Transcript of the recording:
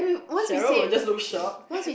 Cheryl will just look shock